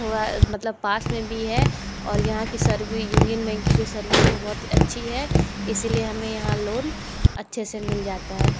थोड़ा मतलब पास में भी है और यहाँ की सर्वे यूनियन बैंक की जो सर्विस है वह बहुत अच्छी है इसलिए हमें यहाँ लोन अच्छे से मिल जाता है